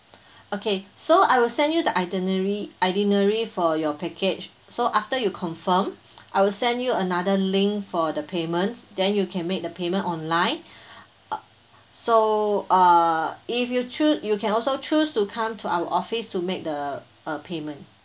okay so I will send you the itinerary itinerary for your package so after you confirm I will send you another link for the payments then you can make the payment online so uh if you choose you can also choose to come to our office to make the uh payment